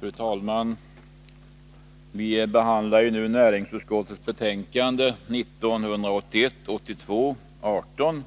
Fru talman! Vi behandlar nu näringsutskottets betänkande 1981/82:18,